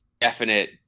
definite